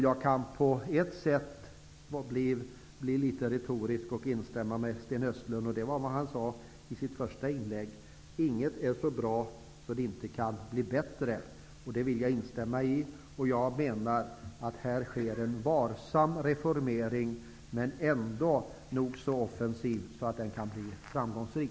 Jag kan på ett sätt bli litet retorisk och instämma med Sten Östlund i det han sade i sitt första inlägg. Inget är så bra att det inte kan bli bättre. Det vill jag instämma i. Jag menar att det här sker en varsam reformering, men nog så offensiv att den kan bli framgångsrik.